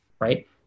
right